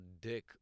dick